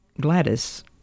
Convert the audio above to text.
Gladys